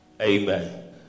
Amen